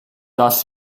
dass